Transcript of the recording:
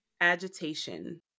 agitation